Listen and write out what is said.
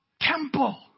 temple